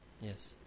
Yes